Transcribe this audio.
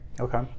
Okay